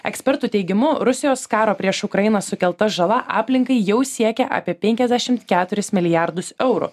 ekspertų teigimu rusijos karo prieš ukrainą sukelta žala aplinkai jau siekia apie penkiasdešimt keturis milijardus eurų